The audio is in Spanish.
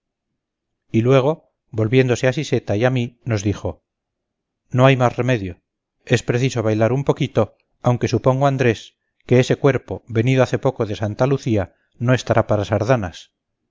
y luego volviéndose a siseta y a mí nos dijo no hay más remedio es preciso bailar un poquito aunque supongo andrés que ese cuerpo venido hace poco de santa lucía no estará para